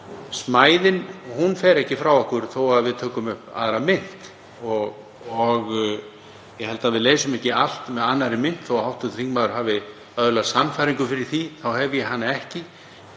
Smæðin fer ekki frá okkur þótt við tökum upp aðra mynt. Ég held að við leysum ekki allt með annarri mynt og þó að hv. þingmaður hafi öðlast sannfæringu fyrir því þá hef ég hana ekki.